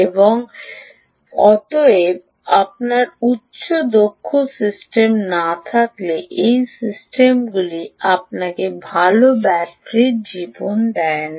এবং অতএব আপনার উচ্চ দক্ষ সিস্টেম না থাকলে এই সিস্টেমগুলি আপনাকে ভাল ব্যাটারি Life দেয় না